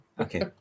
okay